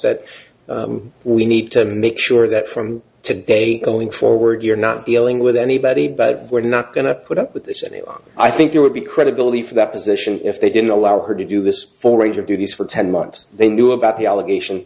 that we need to make sure that from to day going forward you're not dealing with anybody but we're not going to put up with this and i think you would be credibility for that position if they didn't allow her to do this full range of duties for ten months they knew about the allegation